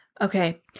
Okay